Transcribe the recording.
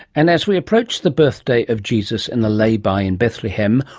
and as we approach the birthday of jesus in the layby in bethlehem,